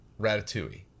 Ratatouille